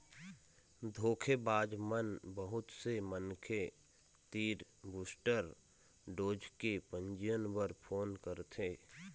धोखेबाज मन बहुत से मनखे तीर बूस्टर डोज के पंजीयन बर फोन करथे